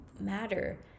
matter